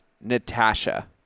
Natasha